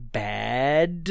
bad